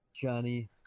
Johnny